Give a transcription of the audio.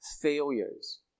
failures